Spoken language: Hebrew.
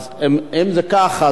אז אם זה כך,